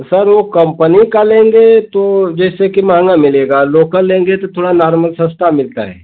sir वो company का लेंगे तो जैसे कि महँगा मिलेगा लोकल लेंगे तो थोड़ा नार्मल सस्ता मिलता है